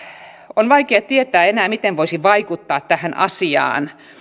on vaikea tietää enää miten voisi vaikuttaa tähän asiaan